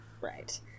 Right